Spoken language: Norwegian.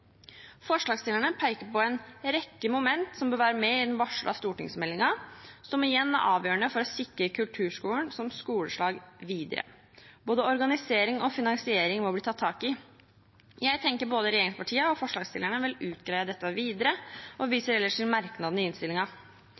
Forslagsstillerne peker på en rekke momenter som bør være med i den varslede stortingsmeldingen, som igjen er avgjørende for å sikre kulturskolen som skoleslag videre. Både organisering og finansiering må bli tatt tak i. Jeg tenker både regjeringspartiene og forslagsstillerne vil redegjøre for dette, og viser ellers